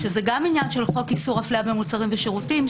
זה גם עניין של חוק איסור אפליה במוצרים ושירותים,